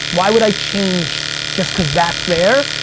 why would i change just cause that's there.